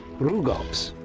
rugops,